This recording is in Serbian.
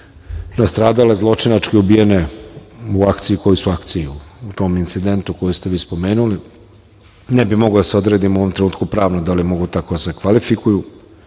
nastradale, zločinačke ubijene u akciji, u tom incidentu koji ste vi spomenuli, ne bih mogao da se odredim u ovom trenutku pravno da li mogu tako da se kvalifikuju,